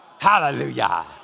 hallelujah